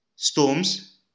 Storms